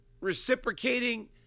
reciprocating